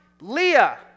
Leah